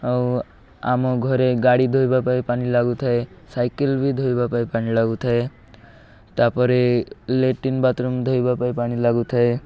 ଆଉ ଆମ ଘରେ ଗାଡ଼ି ଧୋଇବା ପାଇଁ ପାଣି ଲାଗୁଥାଏ ସାଇକେଲ ବି ଧୋଇବା ପାଇଁ ପାଣି ଲାଗୁଥାଏ ତାପରେ ଲାଟନ୍ ବାଥରୁମ୍ ଧୋଇବା ପାଇଁ ପାଣି ଲାଗୁଥାଏ